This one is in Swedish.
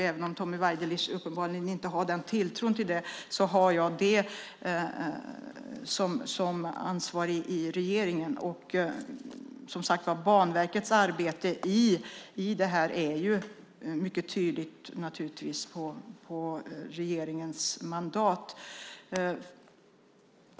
Även om Tommy Waidelich uppenbarligen inte har den tilltron till det arbetet har jag det som ansvarig i regeringen. Banverkets medverkan i detta arbete sker, som sagt, mycket tydligt på regeringens mandat.